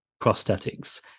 prosthetics